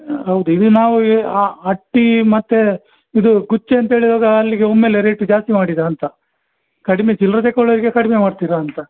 ಹೌದು ಇದು ನಾವು ಅಟ್ಟಿ ಮತ್ತು ಇದು ಗುಚ್ಛ ಅಂತ ಹೇಳಿದಾಗ ಅಲ್ಲಿಗೆ ಒಮ್ಮೆಲೆ ರೇಟು ಜಾಸ್ತಿ ಮಾಡಿದ್ದಾ ಅಂತ ಕಡಿಮೆ ಚಿಲ್ಲರ್ ತೆಕೊಳ್ಳೋರಿಗೆ ಕಡಿಮೆ ಮಾಡ್ತೀರಾ ಅಂತ